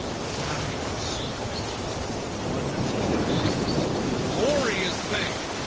there's gotta be something else here one more glorious thing